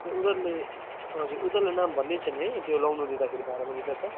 ए उनीहरूले हजुर उनीहरूले नाम भनिदिन्छ नि है त्यो लगाउनु दिँदाखेरि भाडामा दिँदा त